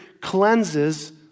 cleanses